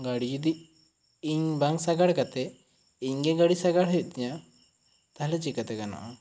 ᱜᱟᱹᱰᱤ ᱡᱩᱫᱤ ᱤᱧ ᱵᱟᱝ ᱥᱟᱜᱟᱲ ᱠᱟᱛᱮ ᱤᱧ ᱜᱮ ᱜᱟᱹᱰᱤ ᱥᱟᱜᱟᱲ ᱦᱩᱭᱩᱜ ᱛᱤᱧᱟᱹ ᱛᱟᱦᱚᱞᱮ ᱪᱤᱠᱟᱹ ᱛᱮ ᱜᱟᱱᱚᱜᱼᱟ